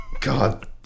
God